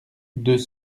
deux